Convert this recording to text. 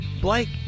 Blake